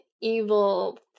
evil